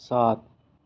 सात